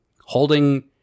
holding